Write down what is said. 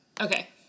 okay